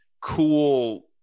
cool